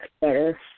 better